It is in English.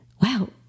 wow